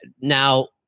Now